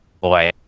boy